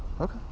Okay